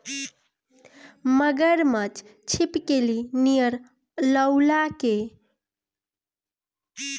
मगरमच्छ छिपकली नियर लउकेला आ एकर दूगो प्रजाति पावल जाला